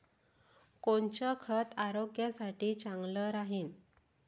कोनचं खत आरोग्यासाठी चांगलं राहीन?